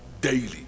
daily